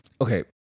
Okay